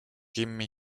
gimme